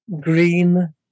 green